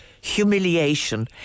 humiliation